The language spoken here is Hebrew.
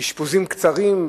אשפוזים קצרים,